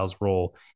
role